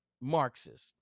Marxist